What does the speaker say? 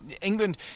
England